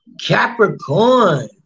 Capricorn